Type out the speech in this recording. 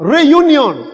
Reunion